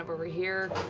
over here.